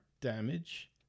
damage